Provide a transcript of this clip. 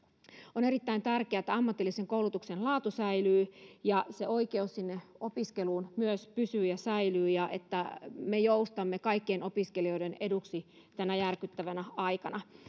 on erittäin tärkeää että ammatillisen koulutuksen laatu säilyy ja oikeus opiskeluun myös pysyy ja säilyy ja että me joustamme kaikkien opiskelijoiden eduksi tänä järkyttävänä aikana